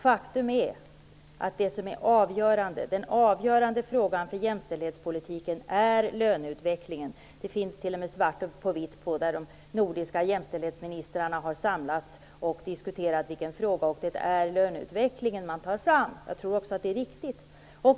Faktum är att den avgörande frågan för jämställdhetspolitiken är löneutvecklingen. Det finns t.o.m. svart på vitt. De nordiska jämställdhetsministrarna har samlats och diskuterat vilken fråga som är avgörande, och det är löneutvecklingen man tar fram. Jag tror också att det är riktigt.